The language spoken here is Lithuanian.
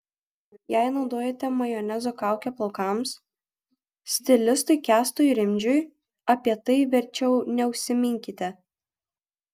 jei naudojate majonezo kaukę plaukams stilistui kęstui rimdžiui apie tai verčiau neužsiminkite